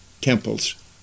temples